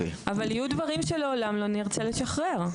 אבל יהיו דברים שלעולם לא נרצה לשחרר.